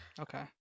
Okay